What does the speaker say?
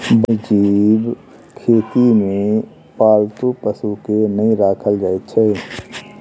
वन्य जीव खेती मे पालतू पशु के नै राखल जाइत छै